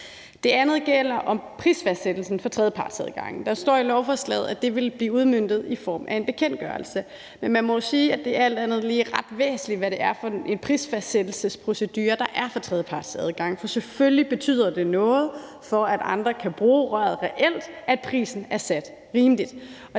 Det andet handler om prisfastsættelsen for tredjepartsadgangen. Der står i lovforslaget, at det vil blive udmøntet i form af en bekendtgørelse, men man må jo sige, at det alt andet lige er ret væsentligt, hvad det er for en prisfastsættelsesprocedure, der er for tredjepartsadgang. For selvfølgelig betyder det noget, for at andre kan bruge røret reelt, at prisen er sat rimeligt.